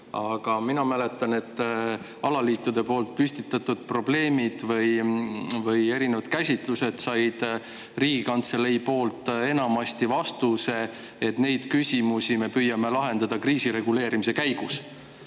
Aga mina mäletan, et alaliitude püstitatud probleemid või erinevad käsitlused said Riigikantseleilt enamasti vastuse, et neid küsimusi me püüame lahendada kriisireguleerimise käigus.